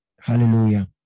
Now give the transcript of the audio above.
Hallelujah